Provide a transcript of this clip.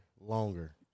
longer